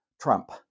Trump